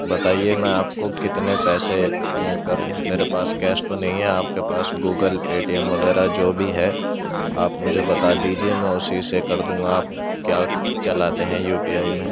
بتائیے میں آپ کو کتنے پیسے کروں میرے پاس کیش تو نہیں ہے آپ کے پاس گوگل پے ٹی ایم وغیرہ جو بھی ہے آپ مجھے بتا دیجیے میں اسی سے کر دوں گا آپ کیا چلاتے ہیں یو پی آئی میں